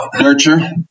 Nurture